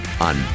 on